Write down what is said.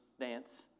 dance